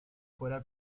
fuera